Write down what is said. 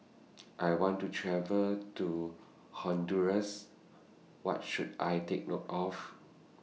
I want to travel to Honduras What should I Take note of